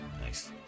Nice